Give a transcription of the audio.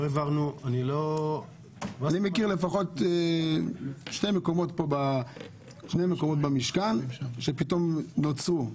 אני מכיר לפחות שני מקומות במשכן שפתאום נוצרו.